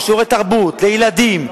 או שיעורי תרבות לילדים,